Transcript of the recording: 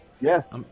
Yes